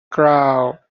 crowd